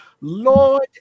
Lord